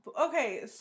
Okay